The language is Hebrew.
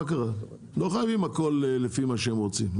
לא חייבים הכול לפי מה שהם רוצים.